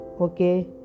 Okay